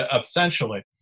essentially